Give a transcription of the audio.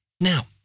Now